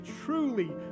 truly